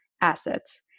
assets